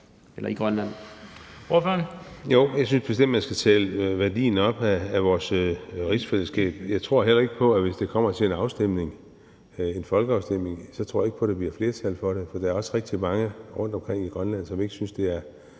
Espersen (DF): Jo, jeg synes bestemt, at man skal tale værdien af vores rigsfællesskab op. Jeg tror heller ikke på, hvis det kommer til en folkeafstemning, at der bliver flertal for det, for der er også rigtig mange rundtomkring i Grønland, som ikke synes, det er